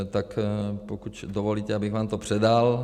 Tak pokud dovolíte, abych vám to předal.